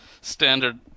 standard